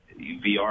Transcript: VR